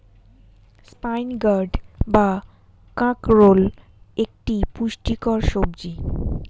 spine gourd বা কাঁকরোল একটি পুষ্টিকর সবজি